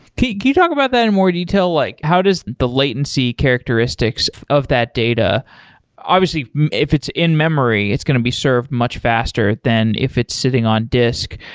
can you talk about that in more detail? like how does the latency characteristics of that data obviously if it's in-memory, it's going to be served much faster than if it's sitting on disk.